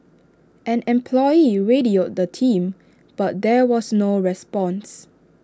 an employee radioed the team but there was no response